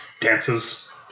Dances